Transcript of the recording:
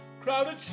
crowded